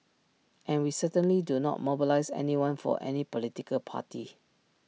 and we certainly do not mobilise anyone for any political party